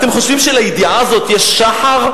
אתם חושבים שלידיעה הזאת יש שחר?